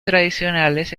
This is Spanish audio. tradicionales